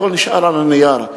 הכול נשאר על הנייר,